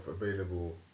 available